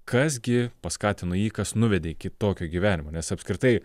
kas gi paskatino jį kas nuvedė į kitokį gyvenimą nes apskritai